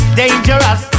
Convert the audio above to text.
dangerous